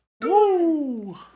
Woo